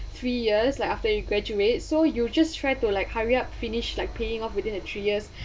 three years like after you graduate so you just try to like hurry up finish like paying off within the three years